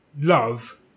love